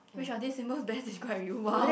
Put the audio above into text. which are this symbol that's quite with !wow!